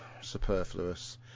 superfluous